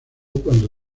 cuando